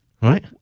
right